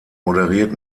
moderiert